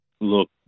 Look